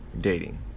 dating